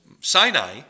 Sinai